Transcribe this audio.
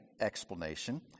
explanation